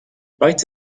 wright